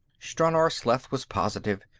stranor sleth was positive.